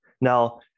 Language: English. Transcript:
Now